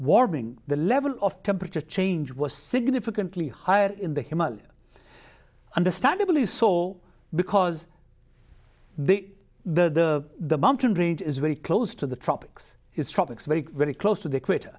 warming the level of temperature change was significantly higher in the himalayas understandably so because the the the mountain range is very close to the tropics is tropics very very close to the equator